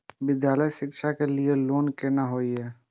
विद्यालय शिक्षा के लिय लोन केना होय ये?